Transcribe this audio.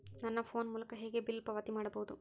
ನನ್ನ ಫೋನ್ ಮೂಲಕ ಹೇಗೆ ಬಿಲ್ ಪಾವತಿ ಮಾಡಬಹುದು?